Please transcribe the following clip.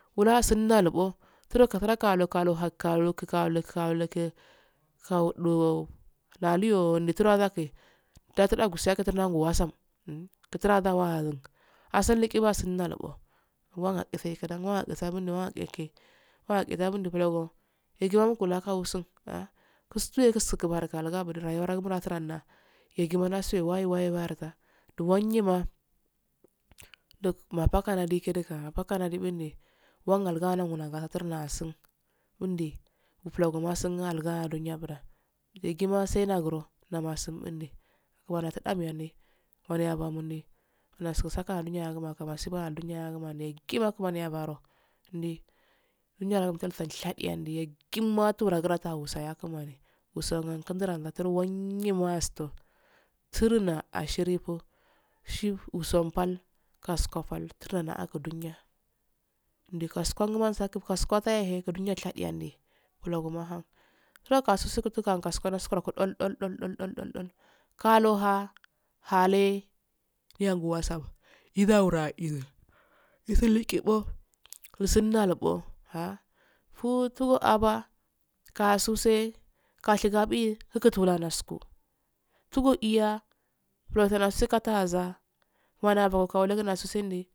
Wula'sen lalubbo suro kakalo kawolo hakka kaluwodo lalliwo wundi forwa lakke datidagusiyo katunanguwasan guturawahun asalleqi wasun lalindbo wagensu wangusa wanhagulke nanhaskesabinulogo jegiwalakunsin ahh gustu enguske kusur rayuwarasuro yaggima nasuwe wai waiwarde duwanyema duk mapukula duka mapatibenda wanagalnaga gagurnasun undi balogumsa a lunyabuda yaggima sai lagunde da masindi kimaniyatun namadiyandi kimaniyamamondi nasunkanya kimaniyansibanduworo yaggima kimiyaboro ndi kinyalagun shadiya ndi yaggima turagiwasawusa ya kimani wusanguntaura wanyyimasto surma ashirko shirfuwusunfal kasku fal turun aku dunya ndi kas kongumakin kaskoma'shema shadiyandi. Bulogumaasham sulokasusukutu kasunkun dol-dol-dol-dol- kaloha, hale yangawasan yiza uwarizu isuliqibbo gussnalubbo, hag ufutuu aba. kause, kashigabbi, wukalanasko tugo iya blusenatugutazaa kimaniya fuku kawulasigun.